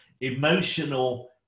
emotional